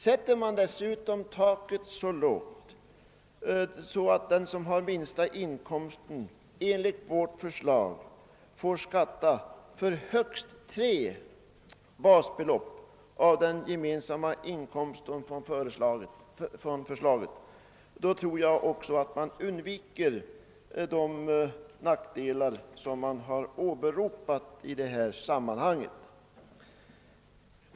Sätter man dessutom taket lågt — den som har den minsta inkomsten skall enligt vårt förslag skatta för högst tre basbelopp av den gemensamma inkomsten från företaget — tror jag att man undviker de nackdelar som påtalats i detta sammanhang.